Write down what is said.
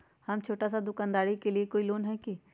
हम छोटा सा दुकानदारी के लिए कोई लोन है कि?